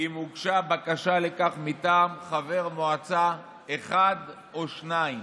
עם הוגשה בקשה לכך מטעם חבר מועצה אחד או שניים.